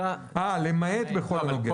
למעט בכל הנוגע.